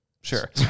Sure